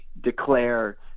declare